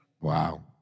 Wow